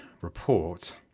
report